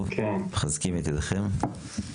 טוב, מחזקים את ידיכם.